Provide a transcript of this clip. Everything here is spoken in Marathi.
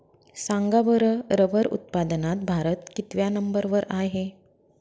सांगा बरं रबर उत्पादनात भारत कितव्या नंबर वर आहे?